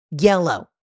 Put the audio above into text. yellow